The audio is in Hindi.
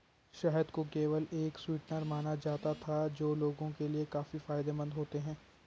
शहद को केवल एक स्वीटनर माना जाता था जो लोगों के लिए फायदेमंद होते हैं